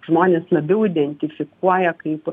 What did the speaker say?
žmonės labiau identifikuoja kaip